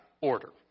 order